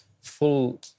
full